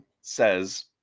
says